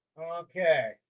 Okay